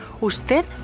usted